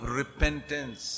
repentance